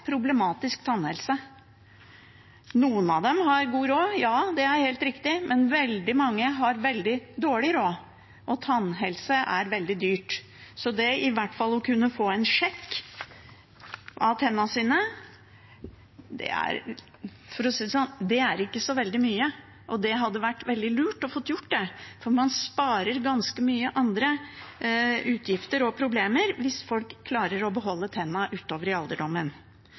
problematisk tannhelse. Noen av dem har god råd, det er helt riktig, men veldig mange har veldig dårlig råd, og tannhelse er veldig dyrt. Så det i hvert fall å kunne få en sjekk av tennene sine er ikke så veldig mye, for å si det sånn. Og det hadde vært veldig lurt å få gjort det, for folk sparer seg for ganske mye andre utgifter og problemer hvis de klarer å beholde tennene utover i alderdommen.